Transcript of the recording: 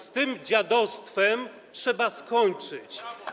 Z tym dziadostwem trzeba skończyć.